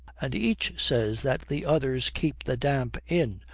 and each says that the others keep the damp in,